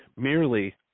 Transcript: Merely